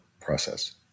process